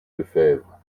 lefebvre